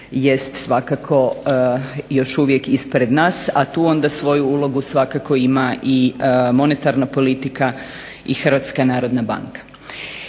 jest svakako još uvijek ispred nas, a tu onda svoju ulogu svakako ima i monetarna politika i Hrvatska narodna banka.